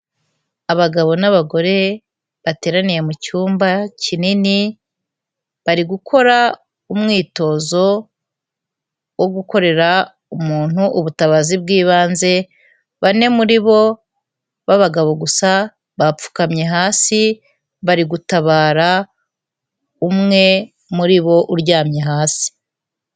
Abagabo n'abagore bateraniye mu cyumba kinini bari gukora umwitozo wo gukorera umuntu ubutabazi bw'ibanze bane muri bo b'abagabo gusa bapfukamye hasi bari gutabara umwe muri bo uryamye hasi.